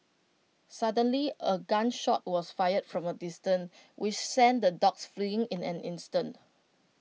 suddenly A gun shot was fired from A distance which sent the dogs fleeing in an instant